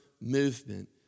movement